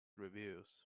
reviews